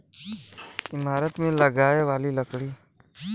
ईमारत मे लगाए वाली लकड़ी